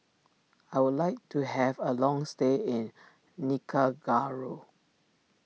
I would like to have a long stay in Nicaragua